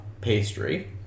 pastry